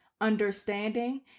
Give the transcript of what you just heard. understanding